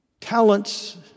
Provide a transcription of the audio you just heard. talents